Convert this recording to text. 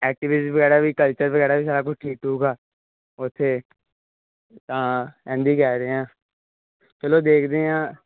activities ਵਗੈਰਾ ਵੀ culture ਵਗੈਰਾ ਵੀ ਸਾਰਾ ਕੁਝ ਠੀਕ ਠੂਕ ਆ ਉੱਥੇ ਤਾਂ ਐਸ ਡੀ ਜਾ ਰਹੇ ਹਾਂ ਚਲੋ ਦੇਖਦੇ ਹਾਂ